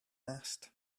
asked